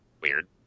weird